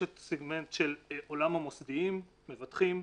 יש את הסגמנט של עולם המוסדיים מבטחים,